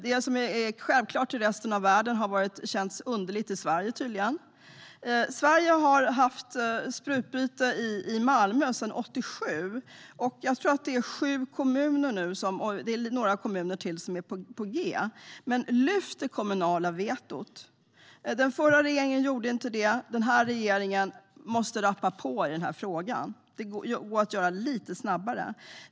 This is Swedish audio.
Det som är självklart i resten av världen har tydligen känts underligt i Sverige. Sverige har haft sprutbyte i Malmö sedan 1987. Jag tror att det är sju kommuner som har infört sprutbyte, och det är några kommuner till som är på gång. Avskaffa det kommunala vetot! Den förra regeringen gjorde inte det. Den här regeringen måste rappa på i denna fråga. Det går att jobba lite snabbare.